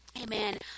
amen